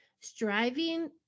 striving